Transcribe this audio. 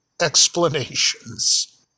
explanations